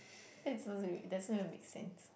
that's supposed to be it doesn't even make sense